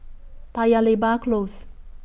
Paya Lebar Close